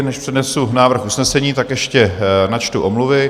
Než přednesu návrh usnesení, ještě načtu omluvy.